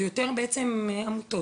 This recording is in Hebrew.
ויותר בעצם עמותות,